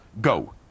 go